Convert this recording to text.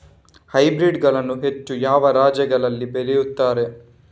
Hybrid ಗಳನ್ನು ಹೆಚ್ಚು ಯಾವ ರಾಜ್ಯದಲ್ಲಿ ಬೆಳೆಯುತ್ತಾರೆ?